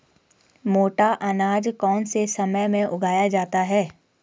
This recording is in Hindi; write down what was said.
मोटा अनाज कौन से समय में उगाया जाता है?